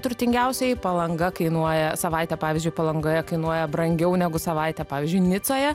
turtingiausieji palanga kainuoja savaitė pavyzdžiui palangoje kainuoja brangiau negu savaitė pavyzdžiui nicoje